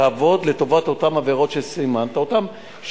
תעבוד לטובת אותן עבירות שסימנת אותן,